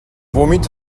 womit